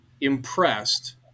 impressed